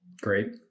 Great